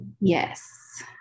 Yes